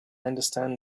understand